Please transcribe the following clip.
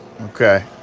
Okay